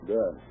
Good